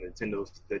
Nintendo's